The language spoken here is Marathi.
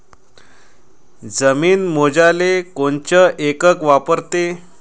जमीन मोजाले कोनचं एकक वापरते?